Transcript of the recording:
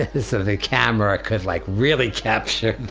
ah so the camera could like really capture